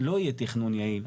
לא יהיה תכנון יעיל.